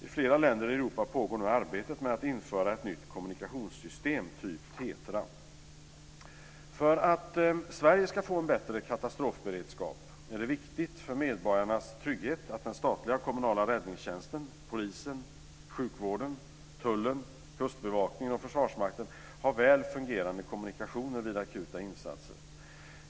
I flera länder i Europa pågår nu arbetet med att införa ett nytt kommunikationssystem typ För att Sverige ska få en bättre katastrofberedskap är det viktigt för medborgarnas trygghet att den statliga och kommunala räddningstjänsten, polisen, sjukvården, tullen, kustbevakningen och Försvarsmakten har väl fungerande kommunikationer vid akuta insatser.